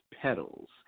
petals